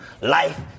life